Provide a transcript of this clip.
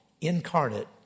incarnate